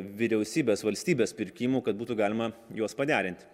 vyriausybės valstybės pirkimų kad būtų galima juos paderint